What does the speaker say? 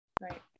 Right